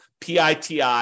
PITI